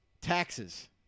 taxes